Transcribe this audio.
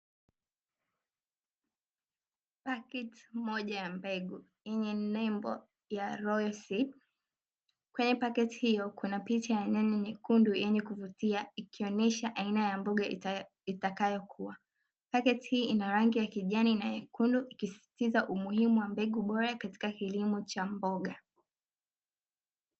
Paketi moja ya mbegu yenye nembo ya "royal seed". Kwenye pakti hiyo kuna picha ya nyanya yenye kuvutia, ikionyesha aina ya mboga itakavyokuwa. Paketi ina rangi ya kijani na nyekundu, ikiisisitiza umuhimu wa mbegu bora katika kilimo cha mboga.